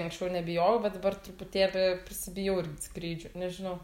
anksčiau nebijojau bet dabar truputėlį prisibijau irgi skrydžių nežinau